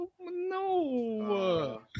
No